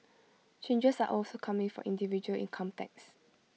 changes are also coming for individual income tax